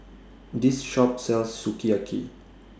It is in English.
This Shop sells Sukiyaki